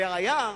הבעיה היא,